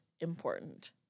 important